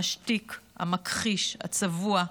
המשתיק, המכחיש, הצבוע.